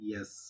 Yes